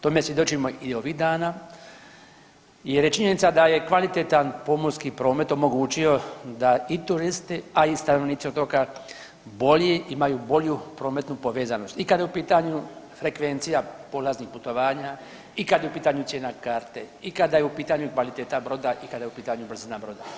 Tome svjedočimo i ovih dana jer je činjenica da je kvalitetan pomorski promet omogućio da i turisti, a i stanovnici otoka bolje, imaju bolju prometnu povezanost i kad je u pitanju frekvencija polaznih putovanja i kad je u pitanju cijena karte i kada je u pitanju kvaliteta broda i kada je u pitanju brzina broda.